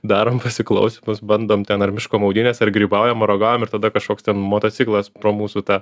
darom pasiklausymus bandom ten ar miško maudynes ar grybaujam ar uogaujam ir tada kažkoks ten motociklas pro mūsų tą